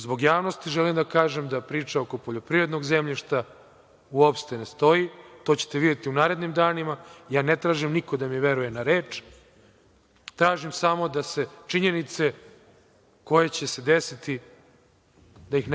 zbog javnosti želim da kažem da priče oko poljoprivrednog zemljišta uopšte ne stoji, a to ćete videti u narednim danima. Ja ne tražim niko da mi veruje na reč, tražim samo da činjenice koje će se desiti